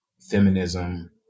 feminism